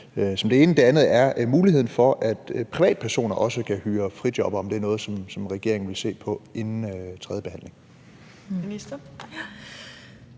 handler om muligheden for, at privatpersoner også kan hyre frijobbere. Er det noget, som regeringen vil se på inden tredjebehandlingen?